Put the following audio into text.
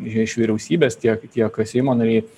iš vyriausybės tiek tiek seimo nariai